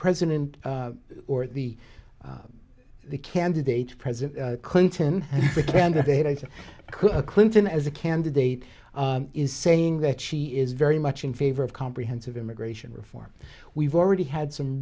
president or the the candidate president clinton candidate could a clinton as a candidate is saying that she is very much in favor of comprehensive immigration reform we've already had some